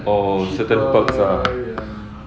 oh certain parts ah